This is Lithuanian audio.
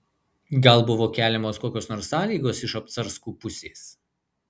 gal buvo keliamos kokios nors sąlygos iš obcarskų pusės